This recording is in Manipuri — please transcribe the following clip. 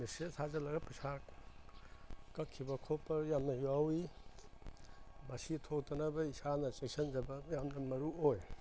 ꯃꯦꯁꯦꯖ ꯊꯥꯖꯤꯜꯂꯒ ꯄꯩꯁꯥ ꯀꯛꯈꯤꯕ ꯈꯣꯠꯄ ꯌꯥꯝꯅ ꯌꯥꯎꯏ ꯃꯁꯤ ꯊꯣꯛꯇꯅꯕ ꯏꯁꯥꯅ ꯆꯦꯛꯁꯤꯟꯖꯕ ꯌꯥꯝꯅ ꯃꯔꯨ ꯑꯣꯏ